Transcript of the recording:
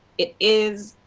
it is